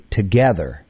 together